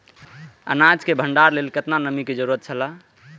अनाज के भण्डार के लेल केतना नमि के जरूरत छला?